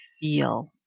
feel